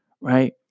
right